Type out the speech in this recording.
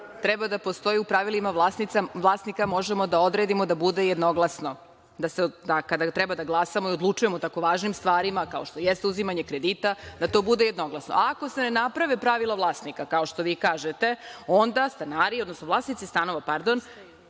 treba da postoje u pravilima vlasnika možemo da odredimo da bude jednoglasno, da kada treba da glasamo, da odlučujemo o tako važnim stvarima kao što jeste uzimanje kredita, da to bude jednoglasno. Ako se ne naprave pravila vlasnika, kao što vi kažete, onda stanari, odnosno vlasnici stanova pristaju